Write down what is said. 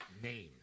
names